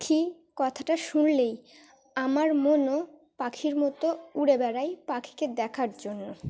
পাখি কথাটা শুনলেই আমার মনও পাখির মতো উড়ে বেড়ায় পাখিকে দেখার জন্য